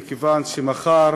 מכיוון שמחר